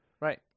Right